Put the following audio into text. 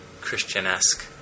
Christian-esque